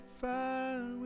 fire